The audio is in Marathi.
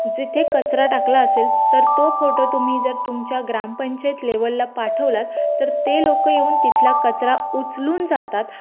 जिथे कचरा टाकला असेल तर तो फोटो तुम्ही जर तुमच्या ग्रामपंचायत लेवलला पाठवलात तर ते लोकं येऊन तिथला कचरा उचलून जातात